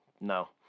No